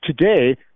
today